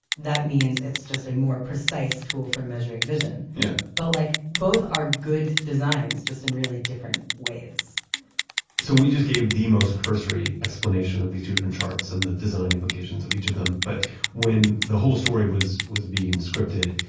that means it's just a more precise tool for measuring vision yeah but like both are good designs, just in really different ways so we just gave the most cursory explanation of these two different charts and the design implications of each of them. but when the whole story was was being scripted,